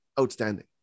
outstanding